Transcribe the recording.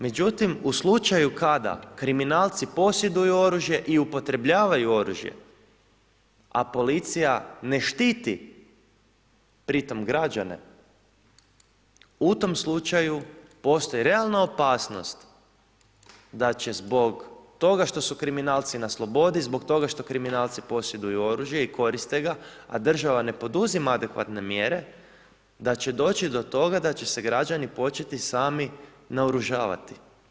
Međutim u slučaju kada kriminalci posjeduju oružje i upotrebljavaju oružje, a policija ne štiti pri tome građane, u tom slučaju postoji realna opasnost da će zbog toga što su kriminalci na slobodi, zbog toga što kriminalci posjeduju oružje i koriste ga, a država ne poduzima adekvatne mjere, da će doći do toga da će se građani početi sami naoružavati.